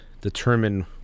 determine